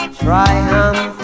triumph